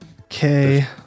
Okay